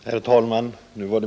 Herr talman!